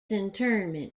interment